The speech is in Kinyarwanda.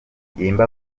yemba